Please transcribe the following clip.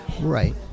right